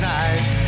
eyes